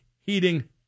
heating